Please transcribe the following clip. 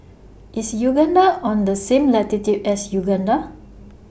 IS Uganda on The same latitude as Uganda